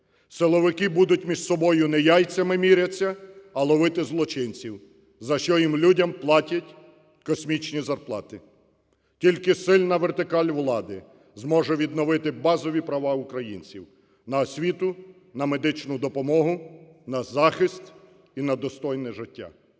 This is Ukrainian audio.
Силовики будуть між собою не яйцями мірятися, а ловити злочинців, за що їм люди платять космічні зарплати. Тільки сильна вертикаль влади зможе відновити базові права українців: на освіту, на медичну допомогу, на захист і на достойне життя.